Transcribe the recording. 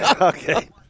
Okay